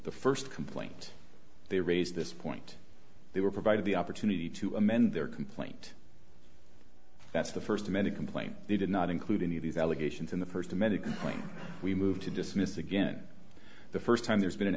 the first complaint they raised this point they were provided the opportunity to amend their complaint that's the first of many complaints they did not include any of these allegations in the first of many when we moved to dismiss again the first time there's been an